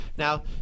Now